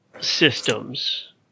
systems